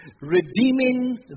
Redeeming